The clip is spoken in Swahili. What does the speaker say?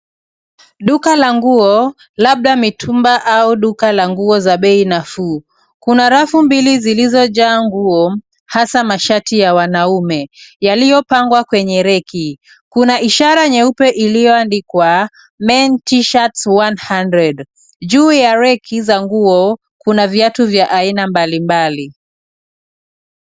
Duka la nguo labda mitumba au duka la nguo za bei nafuu. Kuna rafu mbili zilizojaa nguo hasa mashati ya wanaume yaliyopangwa kwenye reki. Kuna ishara nyeupe iliyoandikwa Men T-shirt 100 . Juu ya reki za nguo kuna viatu vya aina mbalimbali.